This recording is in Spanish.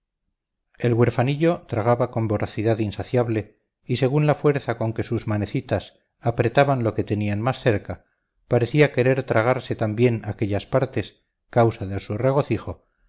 el huerfanillo tragaba con voracidad insaciable y según la fuerza con que sus manecitas apretaban lo que tenían más cerca parecía querer tragarse también aquellas partes causa de su regocijo